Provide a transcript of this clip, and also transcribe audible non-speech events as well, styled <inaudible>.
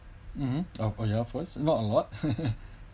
mmhmm oh oh ya first not a lot <laughs>